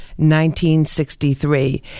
1963